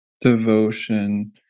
devotion